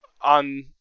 on